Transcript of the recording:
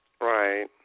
Right